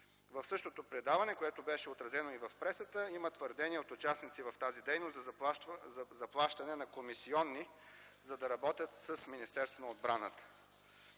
В същото предаване, което беше отразено и в пресата, има твърдения от участници в тази дейност за заплащане на комисионни, за да работят с Министерството на отбраната.